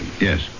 Yes